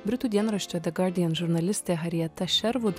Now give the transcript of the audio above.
britų dienraščio gardian žurnalistė henrieta šervud